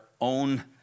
own